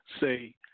say